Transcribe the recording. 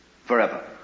forever